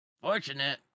Fortunate